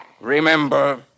Remember